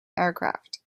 aircraft